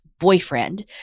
boyfriend